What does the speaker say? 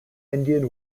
indian